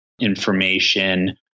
information